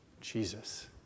Jesus